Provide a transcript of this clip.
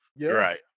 Right